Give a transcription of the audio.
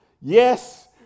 yes